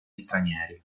stranieri